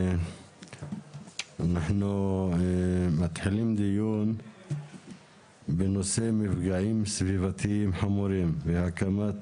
אנחנו מקיימים דיון בנושא: מפגעים סביבתיים חמורים והקמת